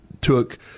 took